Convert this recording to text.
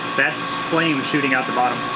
that's flames shooting out the bottom.